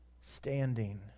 standing